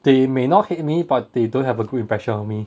they may not hate me but they don't have a good impression of me